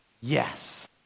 yes